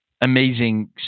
amazing